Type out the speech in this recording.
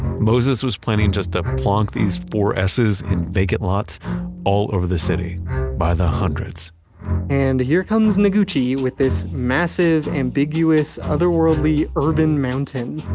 moses was planning just to ah plonk these four s's in vacant lots all over the city by the hundreds and here comes noguchi with this massive, ambiguous, otherworldly urban mountain,